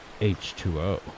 H2O